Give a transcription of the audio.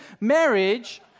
Marriage